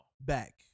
Back